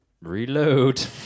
Reload